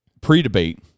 pre-debate